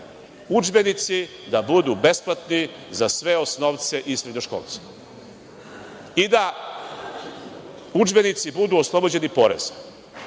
udžbenici da budu besplatni za sve osnovce i srednjoškolce. I da udžbenici budu oslobođeni poreza,